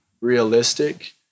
realistic